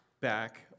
back